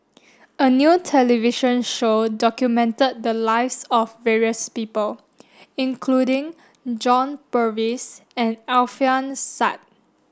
a new television show documented the lives of various people including John Purvis and Alfian Sa'at